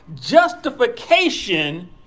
justification